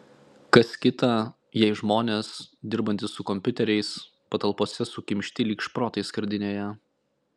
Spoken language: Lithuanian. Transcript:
kas kita jei žmonės dirbantys su kompiuteriais patalpose sukimšti lyg šprotai skardinėje